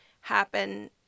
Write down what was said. happen